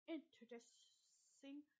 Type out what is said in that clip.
Introducing